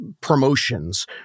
promotions